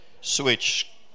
switch